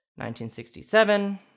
1967